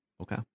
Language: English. Okay